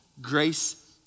grace